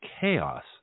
chaos